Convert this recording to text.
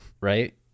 right